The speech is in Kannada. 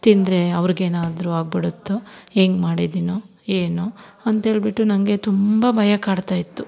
ತಿಂದರೆ ಅವ್ರಿಗೇನಾದ್ರೂ ಆಗಿಬಿಡತ್ತೋ ಹೆಂಗ್ ಮಾಡಿದ್ದಿನೋ ಏನೋ ಅಂತೇಳಿಬಿಟ್ಟು ನನಗೆ ತುಂಬ ಭಯ ಕಾಡ್ತಾಯಿತ್ತು